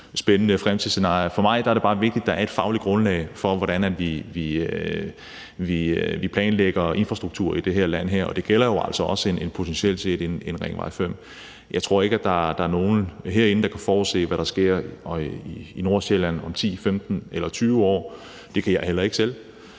For mig er det bare vigtigt, at der er et fagligt grundlag for, hvordan vi planlægger infrastruktur i det her land, og det gælder jo altså også potentiel set en Ring 5. Jeg tror ikke, at der er nogen herinde, der kan forudse, hvad der sker i Nordsjælland om 10, 15 eller 20 år. Det kan jeg heller ikke selv,